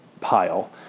pile